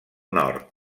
nord